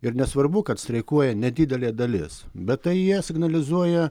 ir nesvarbu kad streikuoja nedidelė dalis bet tai jie signalizuoja